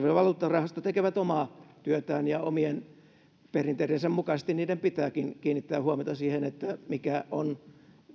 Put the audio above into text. valuuttarahasto tekevät omaa työtään omien perinteidensä mukaisesti niiden pitääkin kiinnittää huomiota siihen mikä on